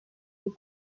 des